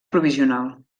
provisional